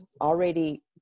already